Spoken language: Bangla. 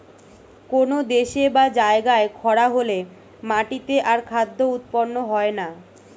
কোন দেশে বা জায়গায় খরা হলে মাটিতে আর খাদ্য উৎপন্ন হয় না